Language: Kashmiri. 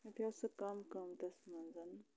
مےٚ پیوٚو سُہ کَم قۭمتَس منٛز